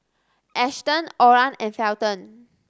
Ashton Oran and Felton